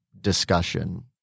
discussion